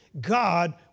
God